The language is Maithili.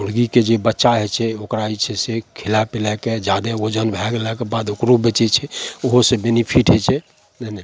मुर्गीके जे बच्चा होइ छै ओकरा जे छै से खिला पिलाके जादे वजन भए गेलाके बाद ओकरो बेचय छै ओहोसँ बेनिफिट होइ छै नइ नइ